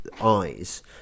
eyes